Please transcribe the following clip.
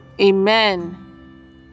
Amen